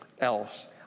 else